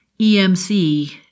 EMC